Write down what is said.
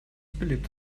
belebt